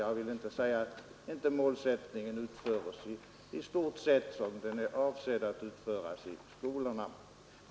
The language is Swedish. Jag vill inte säga annat än att målsättningen i stort sett uppfylls som den är avsedd att uppfyllas i skolorna.